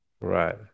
Right